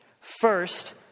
First